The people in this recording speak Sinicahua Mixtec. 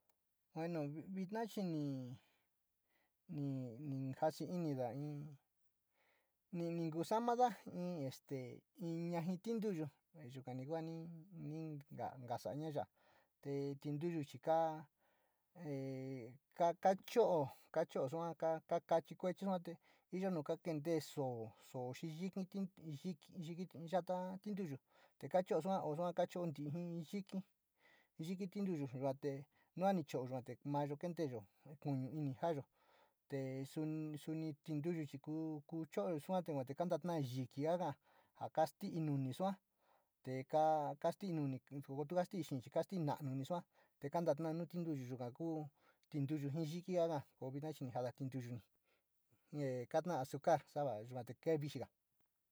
Bueno vina chi ni jasi inida in, ni kusomada in ste in yaji tintuyu yukani kua ni nkosa´aña yaa te tinduyu ka kacho´o sua ta kachi kuechi sua te iyo no ka kentee soo xi yiki, yiki’li, yiki, ti yato tintuyu te kacho sua osaa kacho ji yiki, yiki tintuyu yuu te a ni cho´o yua te mayo kente´eyo kunu in joaye te sunti tintuyu chi ku choo sua te kanto yiki ka kaa ja kastii noni sua te kaa stii moo too te kasti nti, kasti nalanu te kanto yao nu tinduyu yuga kuu tintuyu ji yiki kaka, koo vina chi ni jada tinduyoni jee kataa azucar sava kee vixiga.